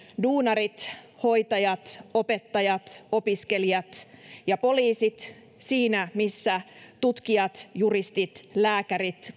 duunarit hoitajat opettajat opiskelijat ja poliisit siinä missä tutkijat juristit lääkärit